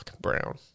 brown